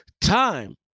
time